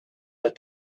but